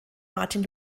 martin